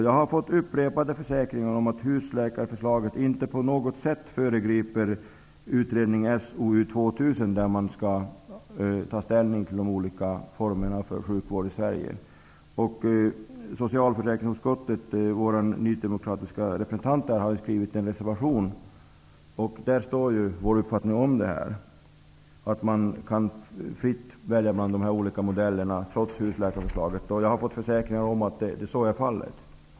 Jag har fått upprepade försäkringar om att husläkarförslaget inte på något sätt föregriper utredning SOU 2000 där man skall ta ställning till de olika formerna för sjukvård i Vår nydemokratiska representant i socialförsäkringsutskottet har skrivit en reservation där vår uppfattning om detta står att läsa. Man skall fritt kunna välja mellan de olika modellerna trots husläkarförslaget. Jag har fått försäkringar om att så kommer att bli fallet.